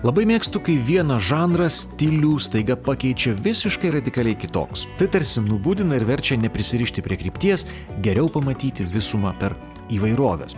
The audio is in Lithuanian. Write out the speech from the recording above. labai mėgstu kai vieną žanrą stilių staiga pakeičia visiškai radikaliai kitoks tai tarsi nubudina ir verčia neprisirišti prie krypties geriau pamatyti visumą per įvairoves